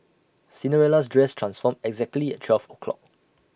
Cinderella's dress transformed exactly at twelve o'clock